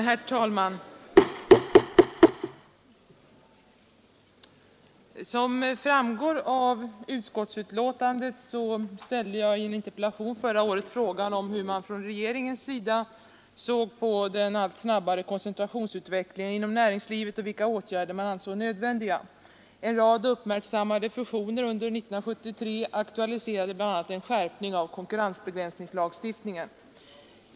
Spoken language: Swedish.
Herr talman! Som framgår av utskottsbetänkandet ställde jag i en interpellation förra året frågan hur man från regeringens sida såg på den allt snabbare koncentrationsutvecklingen inom näringslivet och vilka åtgärder man ansåg nödvändiga. En rad uppmärksammade fusioner under 1973 aktualiserade bl.a. en skärpning av konkurrensbegränsningslagstiftningen.